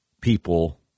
people